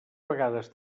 vegades